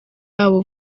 yabo